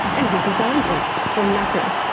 and he designed one from nothing.